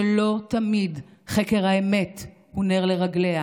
שלא תמיד חקר האמת הוא נר לרגליה